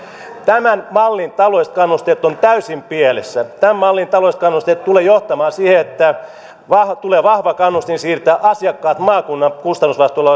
tämän mallin taloudelliset kannusteet ovat täysin pielessä tämän mallin taloudelliset kannusteet tulevat johtamaan siihen että tulee vahva kannustin siirtää asiakkaat maakunnan kustannusvastuulla